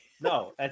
No